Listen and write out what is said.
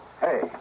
Hey